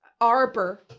arbor